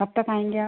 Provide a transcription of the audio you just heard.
कब तक आएंगे आप